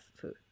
food